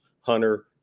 Hunter